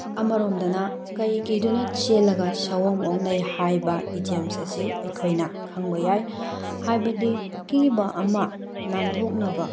ꯑꯃꯔꯣꯝꯗꯅ ꯀꯩ ꯀꯤꯗꯨꯅ ꯆꯦꯜꯂꯒ ꯁꯥꯑꯣꯝ ꯑꯣꯛꯅꯩ ꯍꯥꯏꯕ ꯏꯗꯤꯌꯝꯁ ꯑꯁꯤ ꯑꯩꯈꯣꯏꯅ ꯈꯪꯕ ꯌꯥꯏ ꯍꯥꯏꯕꯗꯤ ꯑꯀꯤꯕ ꯑꯃ ꯅꯥꯟꯊꯣꯛꯅꯕ